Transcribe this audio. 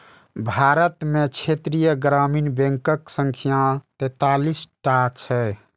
भारत मे क्षेत्रीय ग्रामीण बैंकक संख्या तैंतालीस टा छै